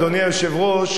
אדוני היושב-ראש,